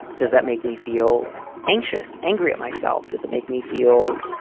does that make me feel anxious, angry at myself? does it make me feel,